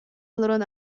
олорон